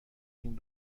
این